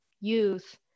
youth